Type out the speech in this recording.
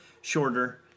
shorter